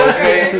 Okay